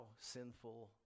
sinful